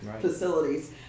facilities